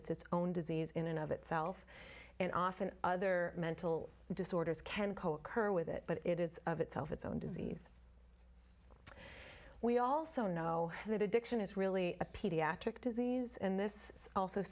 it's its own disease in and of itself and often other mental disorders can cope curry with it but it is of itself its own disease we also know that addiction is really a pediatric disease and this also